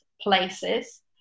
places